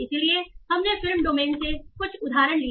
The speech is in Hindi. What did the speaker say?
इसलिए हमने फिल्म डोमेन से कुछ उदाहरण लिए